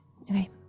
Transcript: Okay